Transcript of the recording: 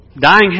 Dying